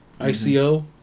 ICO